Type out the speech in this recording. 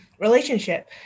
relationship